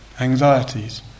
anxieties